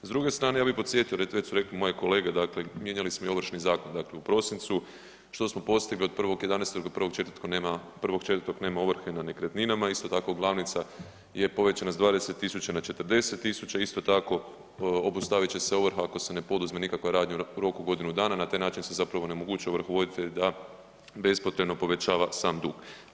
S druge strane, ja bi podsjetio, već su rekle moje kolege, dakle mijenjali smo i Ovršni zakon, dakle u prosincu, što smo postigli od 1. 11. do 1. 4., nema ovrhe na nekretninama, isto tako glavnica je povećana sa 20 000 na 40 000, isto tako obustavit će se ovrha ako se ne poduzmu nikakve radnje u roku godinu dana, na taj način se zapravo onemogućuje ovrhovoditelj da bespotrebno povećava sam dug.